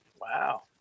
Wow